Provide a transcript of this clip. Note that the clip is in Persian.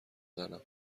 زنم